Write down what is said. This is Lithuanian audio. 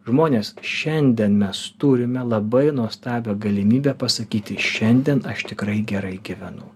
žmonės šiandien mes turime labai nuostabią galimybę pasakyti šiandien aš tikrai gerai gyvenu